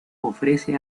ofrece